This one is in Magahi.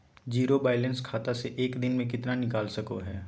जीरो बायलैंस खाता से एक दिन में कितना निकाल सको है?